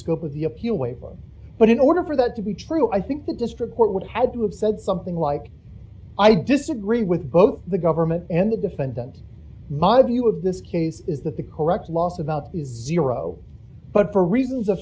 scope of the appeal waiver but in order for that to be true i think the district court would had to have said something like i disagree with both the government and the defendant my view of this case is that the correct loss about zero but for reasons of